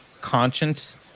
conscience